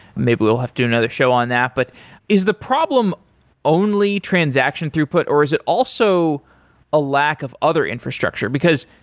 maybe we'll have to do another show on that. but is the problem only transaction throughput or is it also a lack of other infrastructure? because,